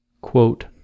Quote